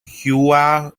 hua